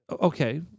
Okay